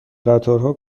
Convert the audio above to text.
قطارها